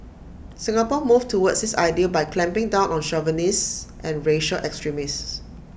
Singapore moved towards this ideal by clamping down on chauvinists and racial extremists